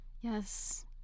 Yes